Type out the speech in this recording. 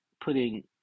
putting